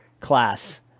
class